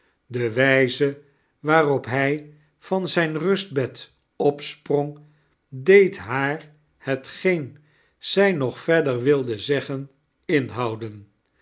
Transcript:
de wijze waarop hij van zijn rustbed opsprong deed haar hetgeen zij nog verder wilde zeggen inhouden